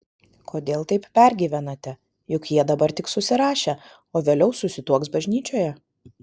kodėl taip pergyvenate juk jie dabar tik susirašė o vėliau susituoks bažnyčioje